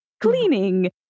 cleaning